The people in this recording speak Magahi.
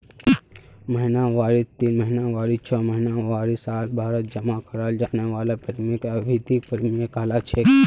महिनावारी तीन महीनावारी छो महीनावारी सालभरत जमा कराल जाने वाला प्रीमियमक अवधिख प्रीमियम कहलाछेक